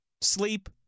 Sleep